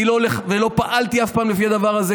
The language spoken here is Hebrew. אני לא הולך ולא פעלתי אף פעם לפי הדבר הזה.